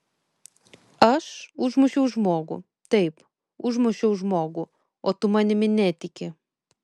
aš užmušiau žmogų taip užmušiau žmogų o tu manimi netiki